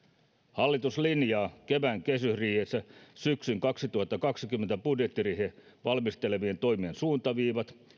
hallitus linjaa kevään kehysriihessä syksyn kaksituhattakaksikymmentä budjettiriiheen valmisteltavien toimien suuntaviivat